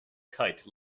kite